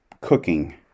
cooking